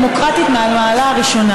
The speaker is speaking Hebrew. הקמת המאגר תנוהל לפי ההוראות,